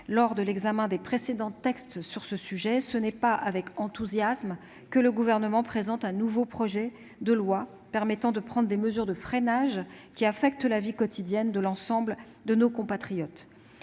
lors de l'examen des précédents textes sur le sujet, ce n'est pas avec enthousiasme que le Gouvernement présente un nouveau projet de loi permettant de prendre des mesures de freinage qui affectent la vie quotidienne de l'ensemble de nos compatriotes.